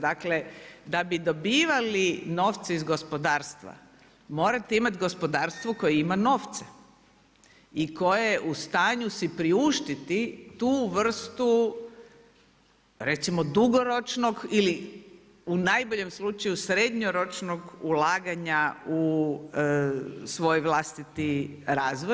Da bi dobivali novce iz gospodarstva morate imati gospodarstvo koje ima novce i koje je u stanju si priuštiti tu vrstu recimo dugoročnog ili u najboljem slučaju srednjoročnog ulaganja u svoj vlastiti razvoj.